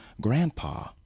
Grandpa